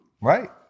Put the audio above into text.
right